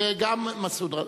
וגם מסעוד.